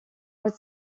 haute